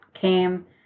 came